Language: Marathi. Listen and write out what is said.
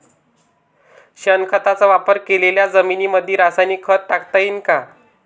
शेणखताचा वापर केलेल्या जमीनीमंदी रासायनिक खत टाकता येईन का?